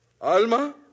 Alma